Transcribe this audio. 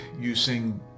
using